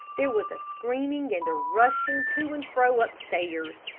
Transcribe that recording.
there was a screaming and a rushing to and fro upstairs.